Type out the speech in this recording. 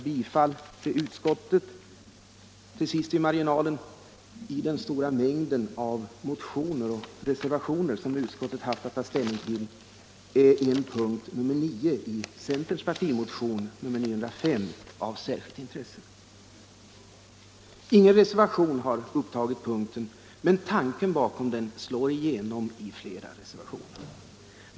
Till sist i kanten: I den stora mängd av motioner och reservationer som utskottet haft att ta ställning till är en punkt, nr 9 i centerns partimotion nr 905, av särskilt intresse. Ingen reservation har upptagit punkten, men tanken bakom den slår igenom i flera reservationer.